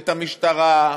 את המשטרה,